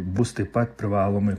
bus taip pat privalomai